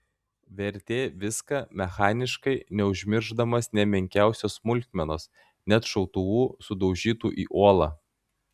vertė viską mechaniškai neužmiršdamas nė menkiausios smulkmenos net šautuvų sudaužytų į uolą